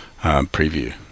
preview